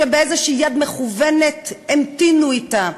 שבאיזו יד מכוונת המתינו אתן,